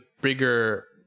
bigger